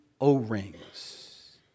o-rings